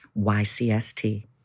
YCST